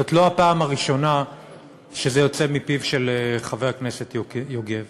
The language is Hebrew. וזאת לא הפעם הראשונה שזה יוצא מפיו של חבר הכנסת יוגב.